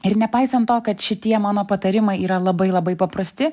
ir nepaisant to kad šitie mano patarimai yra labai labai paprasti